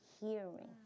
hearing